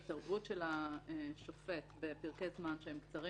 ההתערבות של השופט בפרקי זמן שהם קצרים